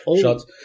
shots